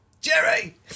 Jerry